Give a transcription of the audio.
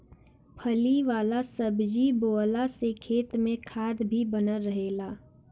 फली वाला सब्जी बोअला से खेत में खाद भी बनल रहेला